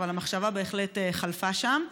אבל המחשבה בהחלט חלפה שם.